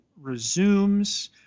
resumes